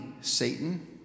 Satan